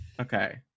Okay